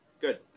Good